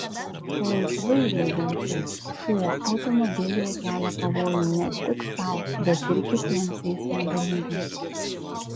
laisvai judantis šuo automobilyje kelia pavojų ne tik sau bet ir kitiems eismo dalyviams